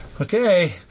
Okay